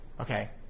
Okay